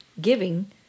giving